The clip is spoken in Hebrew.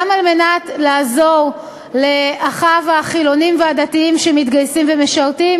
גם על מנת לעזור לאחיו החילונים והדתיים שמתגייסים ומשרתים